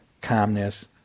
calmness